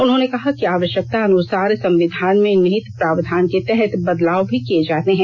उन्होंने कहा कि आवष्यकता अनुसार संविधान में निहित प्रावधान के तहत बदलाव भी किये जाते हैं